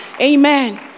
Amen